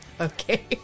Okay